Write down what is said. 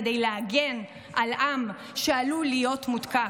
כדי להגן על עם שעלול להיות מותקף.